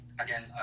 again